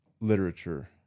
literature